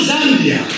Zambia